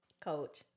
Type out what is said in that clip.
Coach